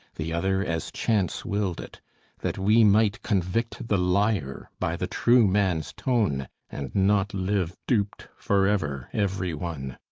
the other as chance willed it that we might convict the liar by the true man's tone, and not live duped forever, every one!